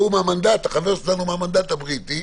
החבר שלנו מהמנדט הבריטי,